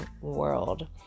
world